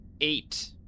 eight